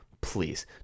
please